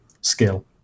skill